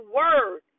word